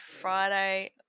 Friday